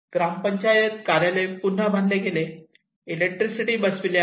ग्राम पंचायत कार्यालय पुन्हा बांधले गेले आहे इलेक्ट्रिसिटी बसविली आहे